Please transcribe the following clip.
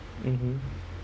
mmhmm